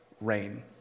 rain